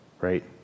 Right